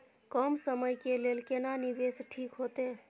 कम समय के लेल केना निवेश ठीक होते?